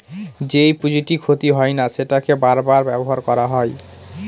যেই পুঁজিটি ক্ষতি হয় না সেটাকে বার বার ব্যবহার করা হয়